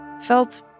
felt